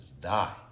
die